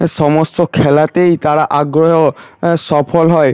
সমস্ত খেলাতেই তারা আগ্রহ সফল হয়